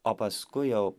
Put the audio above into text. o paskui jau